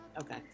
Okay